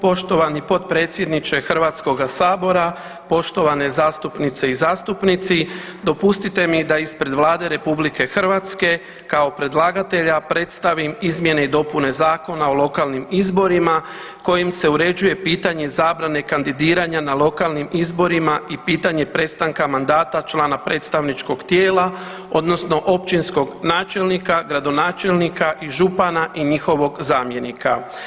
Poštovani potpredsjedniče Hrvatskoga sabora, poštovane zastupnice i zastupnici dopustite mi da ispred Vlade RH kao predlagatelja predstavim izmjene i dopune Zakona o lokalnim izborima kojim se uređuje pitanje zabrane kandidiranja na lokalnim izborima i pitanje prestanka mandata člana predstavničkog tijela, odnosno općinskog načelnika, gradonačelnika i župana i njihovog zamjenika.